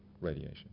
radiation